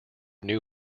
new